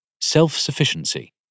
self-sufficiency